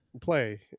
play